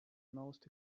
most